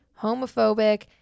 homophobic